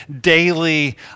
daily